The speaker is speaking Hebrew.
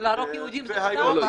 ולהרוג יהודים זה מותר?